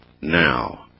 now